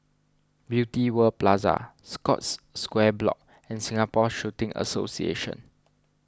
Beauty World Plaza Scotts Square Block and Singapore Shooting Association